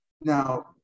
Now